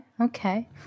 okay